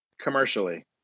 commercially